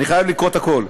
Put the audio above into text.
אני חייב לקרוא את הכול,